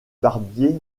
barbier